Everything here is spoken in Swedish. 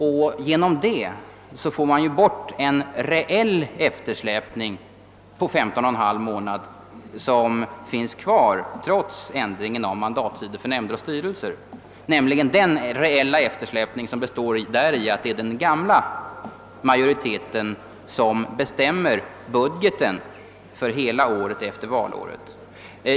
Därigenom undanröjer man en reell eftersläpning på femton och en halv månad som finns kvar trots ändringen av mandattider för nämnder och styrelser och som består däri att den gamla majoriteten bestämmer budgeten för hela året efter valåret.